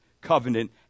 covenant